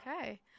Okay